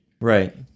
Right